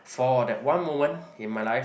for that one moment in my life